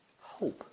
hope